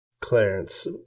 Clarence